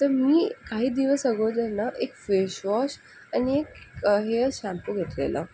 तर मी काही दिवस अगोदर ना एक फेसवॉश आणि एक हेयर शांम्पू घेतलेला